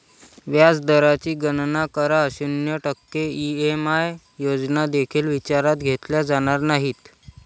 व्याज दराची गणना करा, शून्य टक्के ई.एम.आय योजना देखील विचारात घेतल्या जाणार नाहीत